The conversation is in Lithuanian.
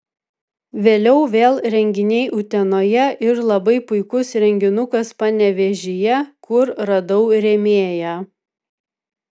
vėliau vėl renginiai utenoje ir labai puikus renginukas panevėžyje kur radau rėmėją